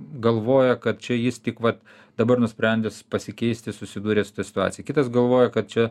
galvoja kad čia jis tik vat dabar nusprendęs pasikeisti susidūrė su ta situacija kitas galvoja kad čia